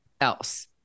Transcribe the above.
else